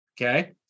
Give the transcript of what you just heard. Okay